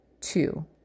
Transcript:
Two